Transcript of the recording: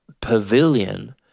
pavilion